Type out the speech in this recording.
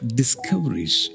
discoveries